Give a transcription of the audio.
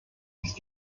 ist